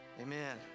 Amen